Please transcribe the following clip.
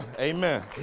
Amen